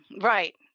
right